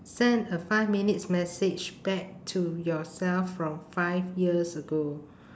send a five minutes message back to yourself from five years ago